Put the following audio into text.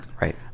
Right